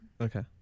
Okay